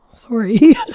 Sorry